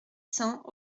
cents